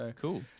Cool